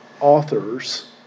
authors